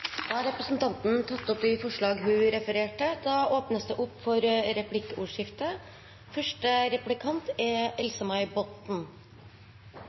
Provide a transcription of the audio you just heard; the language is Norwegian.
Da har representanten Sandra Borch tatt opp de forslagene hun refererte til. Det åpnes for replikkordskifte. Senterpartiet er